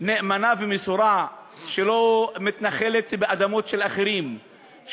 נאמנה ומסורה שלא מתנחלת באדמות של אחרים,